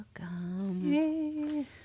Welcome